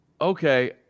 Okay